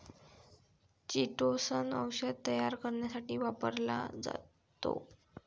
chitosan औषध तयार करण्यासाठी वापरला जातो